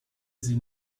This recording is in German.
sie